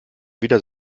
wieder